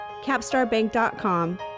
capstarbank.com